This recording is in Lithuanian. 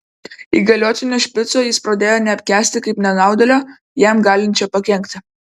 įgaliotinio špico jis pradėjo neapkęsti kaip nenaudėlio jam galinčio pakenkti